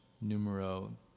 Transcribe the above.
numero